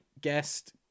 guest